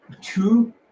two